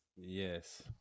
Yes